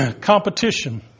Competition